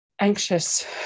anxious